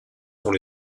sont